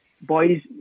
boys